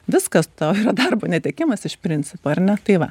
viskas tau jau darbo netekimas iš principo ir na tai va